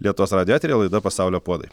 lietuvos radijo eteryje laida pasaulio puodai